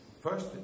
First